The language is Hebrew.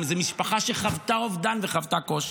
משפחה שחוותה אובדן וחוותה קושי.